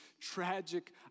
tragic